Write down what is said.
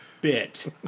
bit